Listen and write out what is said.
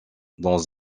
dans